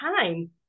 time